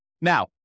Now